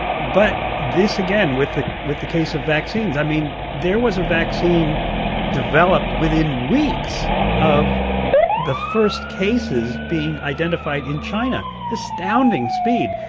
but this, again, with the with the case of vaccines i mean, there was a vaccine developed within weeks of the first cases being identified in china astounding speed.